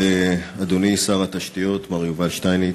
אדוני שר התשתיות מר יובל שטייניץ,